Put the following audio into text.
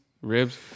Ribs